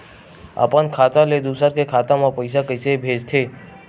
अपन खाता ले दुसर के खाता मा पईसा कइसे भेजथे?